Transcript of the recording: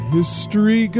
History